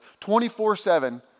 24-7